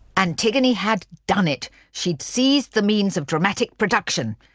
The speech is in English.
antigone had done it! she'd seized the means of dramatic production!